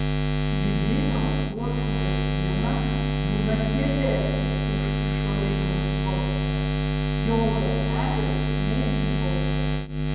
vidinio sluoksnio siena būna kietesnė už išorinio sluoksnio jo ląstelės negyvos